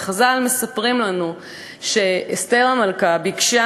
וחז"ל מספרים לנו שאסתר המלכה ביקשה